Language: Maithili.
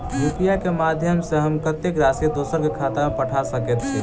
यु.पी.आई केँ माध्यम सँ हम कत्तेक राशि दोसर केँ खाता मे पठा सकैत छी?